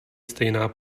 stejná